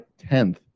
10th